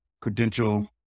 credential